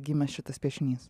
gimė šitas piešinys